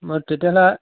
তেতিয়া